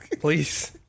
Please